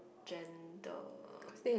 gender